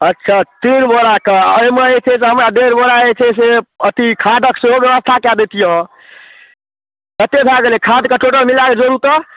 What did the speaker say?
अच्छा तीन बोरा कऽ एहिमे जे छै से हमरा डेढ़ बोरा जे छै से अथी खादक सेहो व्यवस्था कै दितियै कतेक भए गेलै खाद कऽ टोटल मिलाय कऽ जोड़ू तऽ